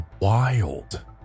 wild